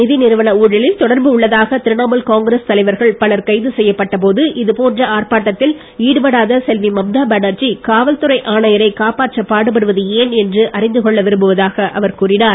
நிதி நிறுவன ஊழலில் தொடர்பு உள்ளதாக திரிணாமுல் காங்கிரஸ் தலைவர்கள் பலர் கைது செய்யப்பட்ட போது இது போன்ற ஆர்ப்பாட்டத்தில் ஈடுபடாத செல்வி மம்தா பேனர்ஜி காவல் துறை ஆணையரை காப்பாற்ற பாடுபடுவது ஏன் என்று அறிந்து கொள்ள விரும்புவதாக அவர் கூறினார்